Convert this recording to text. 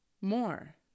more